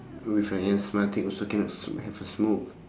with an asthmatic also cannot s~ have a smoke